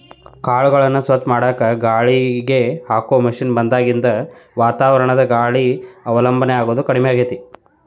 ಕಾಳುಗಳನ್ನ ಸ್ವಚ್ಛ ಮಾಡಾಕ ಗಾಳಿಗೆ ಹಾಕೋ ಮಷೇನ್ ಬಂದಾಗಿನಿಂದ ವಾತಾವರಣದ ಗಾಳಿಗೆ ಅವಲಂಬನ ಆಗೋದು ಕಡಿಮೆ ಆಗೇತಿ